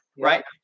right